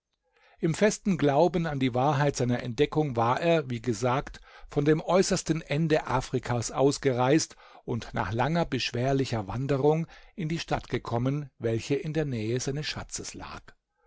im festen glauben an die wahrheit seiner entdeckung war er wie gesagt von dem äußersten ende afrikas aus gereist und nach langer beschwerlicher wanderung in die stadt gekommen welche in der nähe seines schatzes lag